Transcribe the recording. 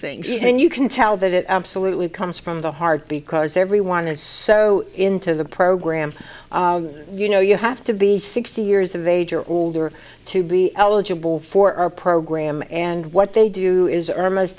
things and you can tell that it absolutely comes from the heart because everyone is so into the program you know you have to be sixty years of age or older to be eligible for our program and what they do is are most